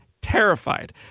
terrified